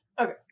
Okay